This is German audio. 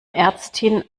ärztin